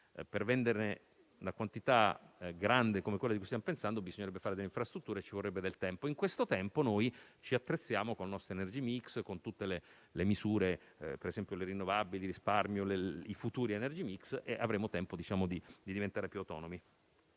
Per venderne una quantità notevole come quella a cui stiamo pensando, bisognerebbe fare delle infrastrutture e occorre del tempo. In questo tempo noi ci attrezziamo con il nostro *energy mix* e con tutte le misure necessarie, per esempio le rinnovabili, il risparmio e i futuri *energy mix*, e avremo tempo di diventare più autonomi.